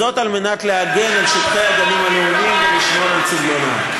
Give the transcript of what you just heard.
כדי להגן על שטחי הגנים הלאומיים ולשמור על צביונם.